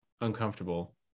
uncomfortable